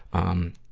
um,